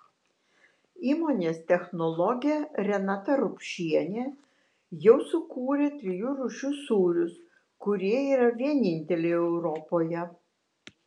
įmonės technologė renata rupšienė jau sukūrė trijų rūšių sūrius kurie yra vieninteliai europoje